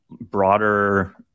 broader